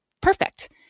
perfect